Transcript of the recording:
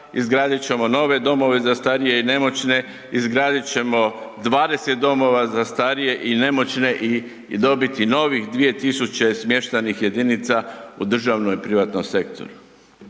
izgradit ćemo nove domove za starije i nemoćne, izgradit ćemo 20 domova za starije i nemoćne i dobiti novih 2000 smještajnih jedinica u državnom i privatnom sektoru“.